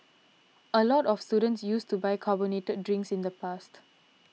a lot of students used to buy carbonated drinks in the past